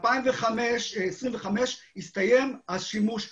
ב-2025 יסתיים השימוש בפחם.